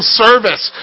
service